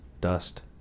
Dust